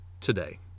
today